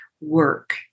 work